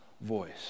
voice